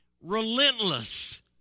Relentless